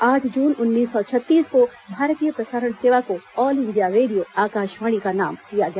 आठ जून उन्नीस सौ छत्तीस को भारतीय प्रसारण सेवा को ऑल इंडिया रेडियो आकाशवाणी नाम दिया गया